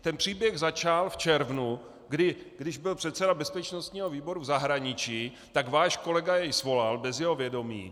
Ten příběh začal v červnu, kdy když byl předseda bezpečnostního výboru v zahraničí, tak váš kolega jej svolal bez jeho vědomí.